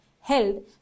held